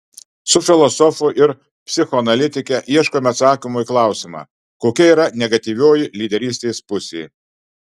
su filosofu ir psichoanalitike ieškome atsakymo į klausimą kokia yra negatyvioji lyderystės pusė